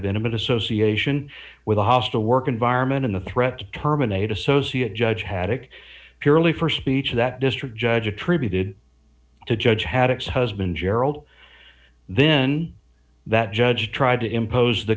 intimate association with a hostile work environment and a threat to terminate associate judge haddock purely for speech that district judge attributed to judge haddocks husband gerald then that judge tried to impose the